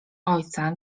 ojca